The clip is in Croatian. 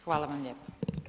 Hvala vam lijepo.